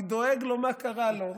אני דואג לו מה קרה לו,